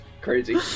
Crazy